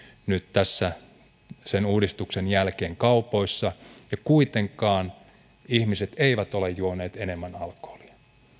nyt sen uudistuksen jälkeen kaupoissa ja kuitenkaan ihmiset eivät ole juoneet enemmän alkoholia